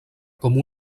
com